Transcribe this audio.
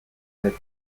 beti